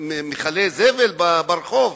מכלי זבל ברחוב?